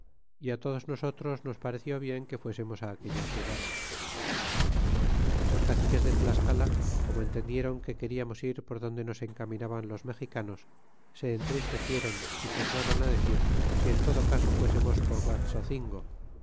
y todos nosotros nos pareció bien que fuésemos aquella ciudad y los caciques de tlascala como entendieron que queriarnos ir por donde nos encaminaban los mexicanos se entristecieron y tornaron a decir que en todo caso fuésemos por guaxocingo